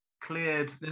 Cleared